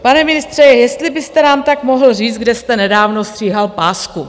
Pane ministře, jestli byste nám tak mohl říct, kde jste nedávno stříhal pásku?